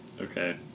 Okay